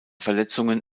verletzungen